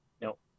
Nope